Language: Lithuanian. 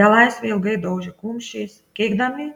belaisviai ilgai daužė kumščiais keikdami